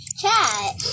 chat